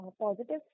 Positive